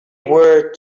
were